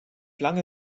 lange